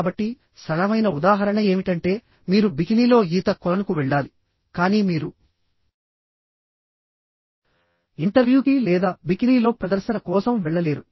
కాబట్టి సరళమైన ఉదాహరణ ఏమిటంటే మీరు బికినీలో ఈత కొలనుకు వెళ్లాలి కానీ మీరు ఇంటర్వ్యూకి లేదా బికినీలో ప్రదర్శన కోసం వెళ్ళలేరు